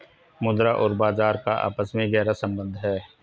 मुद्रा और बाजार का आपस में गहरा सम्बन्ध है